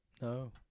No